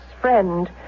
friend